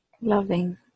loving